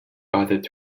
bothered